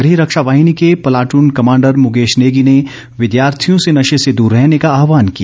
गृह रक्षा वाहिनी के पलादून कमांडर मुक्केश नेगी ने विद्यार्थियों से नशे से दूर रहने का आहवान किया